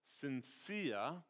sincere